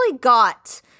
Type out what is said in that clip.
got